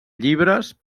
llibres